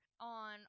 on